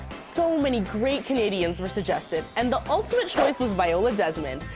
so many great canadians were suggested and the ultimate choice was viola desmond.